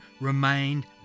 remained